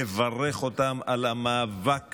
לברך אותם על המאבק